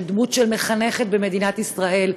שהוא דמות מחנכת במדינת ישראל,